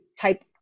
type